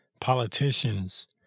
politicians